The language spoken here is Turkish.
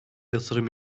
yatırım